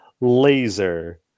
laser